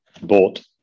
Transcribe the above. bought